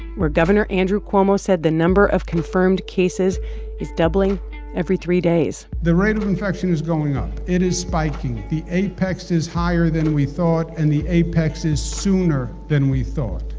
where governor andrew cuomo said the number of confirmed cases is doubling every three days the rate of infection is going up. it is spiking. the apex is higher than we thought. and the apex is sooner than we thought.